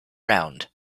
round